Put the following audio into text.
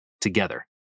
together